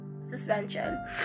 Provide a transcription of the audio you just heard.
suspension